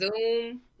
Zoom